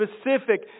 specific